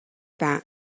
that